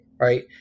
right